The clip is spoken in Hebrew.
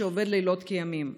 שעובדים לילות כימים.